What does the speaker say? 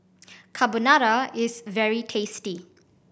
carbonara is very tasty